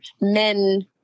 men